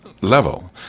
level